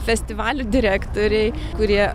festivalių direktoriai kurie